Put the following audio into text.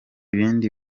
ibindi